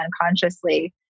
unconsciously